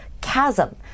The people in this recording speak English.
chasm